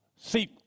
See